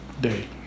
day